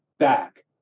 back